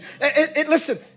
Listen